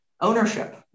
ownership